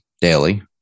daily